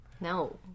No